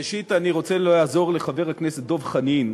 ראשית, אני רוצה לעזור לחבר הכנסת דב חנין: